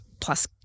plus